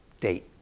date.